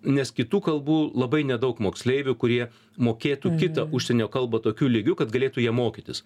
nes kitų kalbų labai nedaug moksleivių kurie mokėtų kitą užsienio kalbą tokiu lygiu kad galėtų ja mokytis